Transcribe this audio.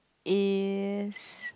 is